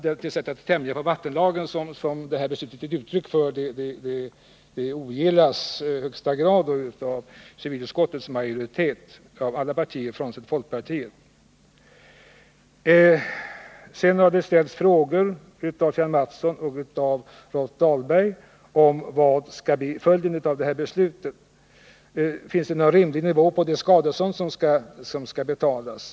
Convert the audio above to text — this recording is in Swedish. Det sätt att tänja på vattenlagen som det här beslutet är ett uttryck för ogillas i allra högsta grad av civilutskottets majoritet — från alla partier frånsett folkpartiet. Kjell Mattsson och Rolf Dahlberg har frågat vad som skall bli följden av detta beslut. Finns det någon rimlig nivå på det skadestånd som skall betalas?